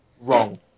Wrong